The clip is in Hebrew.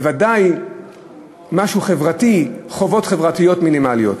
בוודאי משהו חברתי, חובות חברתיות מינימליות.